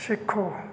ਸਿੱਖੋ